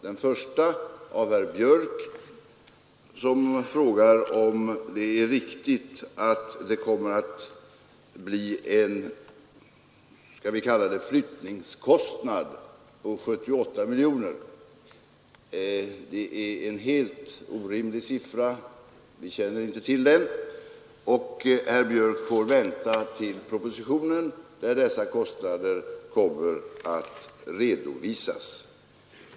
Den första är ställd av herr Björck i Nässjö, som frågar om det är riktigt att det kommer att bli, skall vi kalla det flyttningskostnader på 78 miljoner. Det är en helt orimlig siffra. Vi känner inte till den. Herr Björck får vänta på propositionen, där dessa kostnader kommer att redovisas.